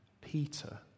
Peter